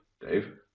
Dave